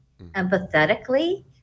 empathetically